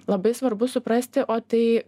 labai svarbu suprasti o tai